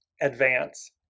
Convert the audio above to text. advance